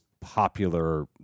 popular